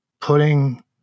putting